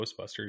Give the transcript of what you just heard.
ghostbusters